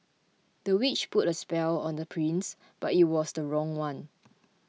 the witch put a spell on the prince but it was the wrong one